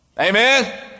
Amen